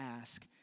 ask